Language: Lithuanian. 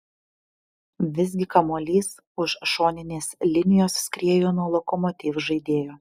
visgi kamuolys už šoninės linijos skriejo nuo lokomotiv žaidėjo